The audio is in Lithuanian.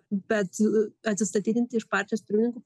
bet atsistatydinti iš partijos pirmininko